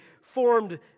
formed